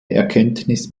erkenntnis